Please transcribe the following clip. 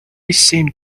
seemed